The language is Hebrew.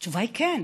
התשובה היא כן.